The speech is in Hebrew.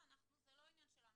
זה לא עניין שלנו,